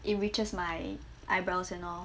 it reaches my eyebrows and all